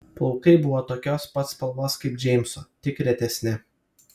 plaukai buvo tokios pat spalvos kaip džeimso tik retesni